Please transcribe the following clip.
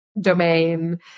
domain